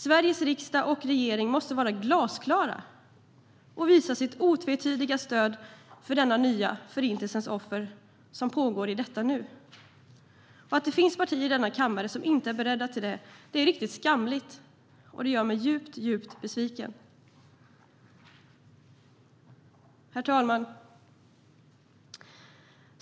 Sveriges riksdag och regering måste vara glasklara och visa sitt otvetydiga stöd för offren för denna nya förintelse, som pågår i detta nu. Att det finns partier i denna kammare som inte är beredda till det är riktigt skamligt och gör mig djupt, djupt besviken. Herr talman!